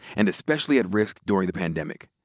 and especially at risk during the pandemic.